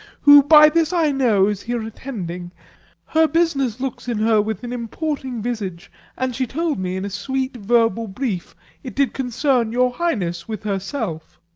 who by this, i know, is here attending her business looks in her with an importing visage and she told me in a sweet verbal brief it did concern your highness with herself.